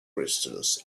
crystals